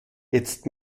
jetzt